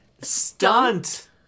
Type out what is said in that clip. stunt